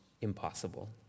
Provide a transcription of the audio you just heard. impossible